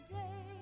day